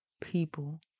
people